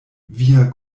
via